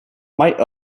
might